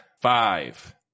Five